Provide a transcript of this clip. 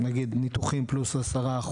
ניתוחים פלוס 10%,